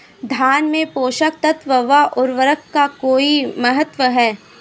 धान में पोषक तत्वों व उर्वरक का कोई महत्व है?